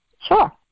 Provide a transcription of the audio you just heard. Sure